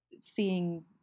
seeing